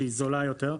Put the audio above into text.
שהיא זולה יותר.